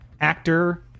actor